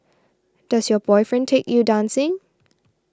does your boyfriend take you dancing